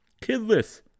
Kidless